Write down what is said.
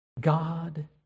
God